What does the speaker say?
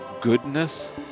goodness